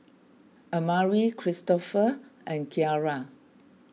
Amari Kristofer and Kiara